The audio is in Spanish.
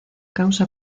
causa